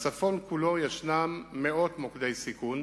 1. בצפון כולו יש מאות מוקדי סיכון,